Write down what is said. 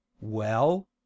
Well